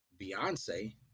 Beyonce